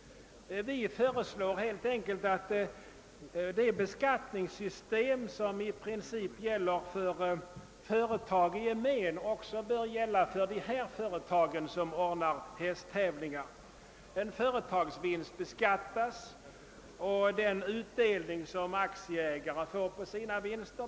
Vi föreslår helt enkelt att det beskattningssystem som i princip gäller för företag i gemen också bör gälla för dem som ordnar hästtävlingar. En företagsvinst beskattas liksom också den utdelning som aktieägare får på sina aktier.